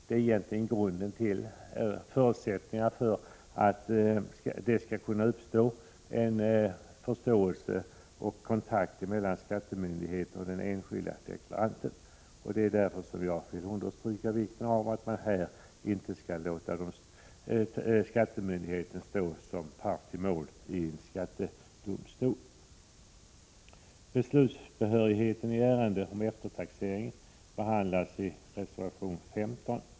Det är en förutsättning för att det skall kunna uppstå en förståelse och kontakt mellan skattemyndigheten och den enskilde deklaranten, och det är därför jag vill understryka vikten av att man inte låter skattemyndigheten stå som part i mål i skattedomstolen. Beslutsbehörigheten i ärende om eftertaxering behandlas i reservation 15.